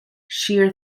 shear